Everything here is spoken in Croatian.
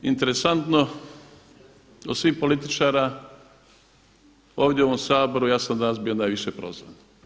Interesantno od svih političara ovdje u ovom Saboru ja sam danas bio najviše prozvan.